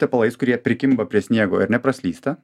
tepalais kurie prikimba prie sniego ir nepraslysta